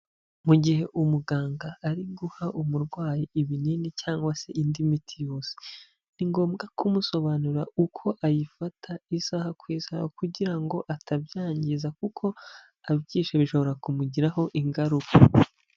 Mu gihe umuganga ari guha umurwayi ibinini cyangwa se indi miti yose; ni ngombwa kumusobanura uko ayifata isaha ku isaha; kugira ngo atabyangiza kuko abyishe bishobora kumugiraho ingaruka.